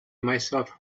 myself